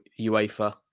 UEFA